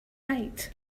right